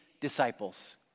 disciples